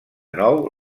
nou